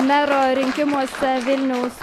mero rinkimuose vilniaus